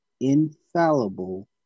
infallible